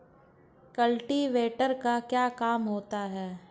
Cultivator का क्या काम होता है?